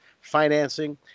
Financing